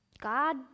God